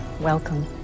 Welcome